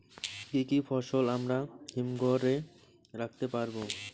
কি কি ফসল আমরা হিমঘর এ রাখতে পারব?